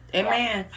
amen